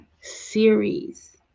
series